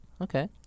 Okay